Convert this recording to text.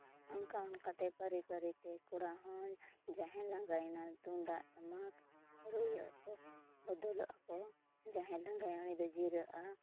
ᱚᱱᱠᱟ ᱚᱱᱠᱟ ᱛᱮ ᱯᱟᱹᱨᱤ ᱯᱟᱹᱨᱤ ᱛᱮ ᱠᱚᱲᱟ ᱦᱚᱸ ᱡᱟᱦᱟᱸᱭ ᱞᱟᱸᱜᱟᱭᱮᱱᱟ ᱛᱩᱢᱫᱟᱜ ᱴᱟᱢᱟᱠ ᱨᱩᱭᱟᱠᱚ ᱵᱚᱫᱚᱞᱚᱜᱼᱟ ᱠᱚ ᱡᱟᱦᱟᱸᱭ ᱞᱟᱸᱜᱟᱭᱮᱱᱟ ᱩᱱᱤ ᱫᱚᱭ ᱡᱤᱨᱟᱹᱜᱼᱟ